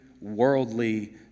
worldly